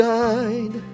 died